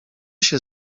się